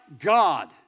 God